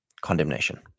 condemnation